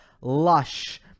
lush